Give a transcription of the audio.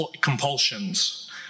compulsions